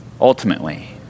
ultimately